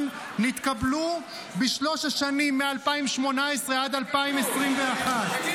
נתקבלו בשלוש השנים מ-2018 עד 2021. מה זה קשור?